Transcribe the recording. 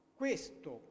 questo